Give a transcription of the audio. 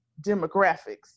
demographics